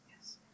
Yes